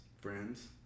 friends